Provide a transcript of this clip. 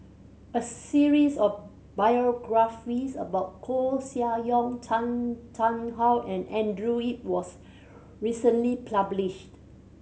a series of biographies about Koeh Sia Yong Chan Chang How and Andrew Yip was recently published